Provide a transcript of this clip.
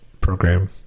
program